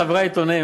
חברי העיתונאים,